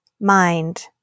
mind